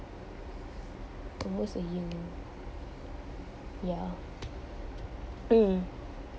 almost a year ya mm